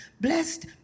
blessed